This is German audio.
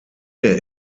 der